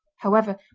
however,